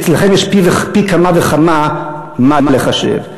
אצלכם יש פי כמה וכמה מה לחשב.